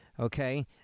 Okay